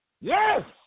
Yes